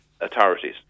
authorities